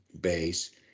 base